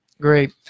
Great